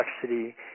complexity